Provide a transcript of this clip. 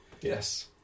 Yes